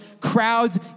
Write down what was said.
crowds